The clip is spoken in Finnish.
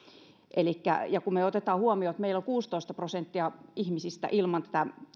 ja kun otamme huomioon että meillä on kuusitoista prosenttia ihmisistä ilman